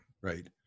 Right